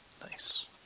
Nice